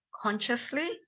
consciously